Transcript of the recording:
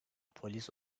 polis